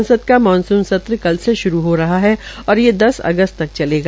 संसद का मानसुन संत्र कल से श्रू हो रहा है और ये दस अगस्त तक चलेगा